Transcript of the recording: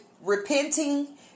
repenting